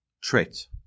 trait